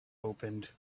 opened